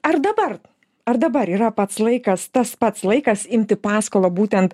ar dabar ar dabar yra pats laikas tas pats laikas imti paskolą būtent